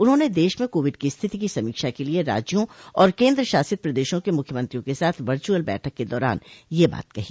उन्होंने देश में कोविड की स्थिति की समीक्षा के लिए राज्यों और केंद्रशासित प्रदेशों के मुख्यमंत्रियों के साथ वर्च्अल बैठक के दौरान यह बात कही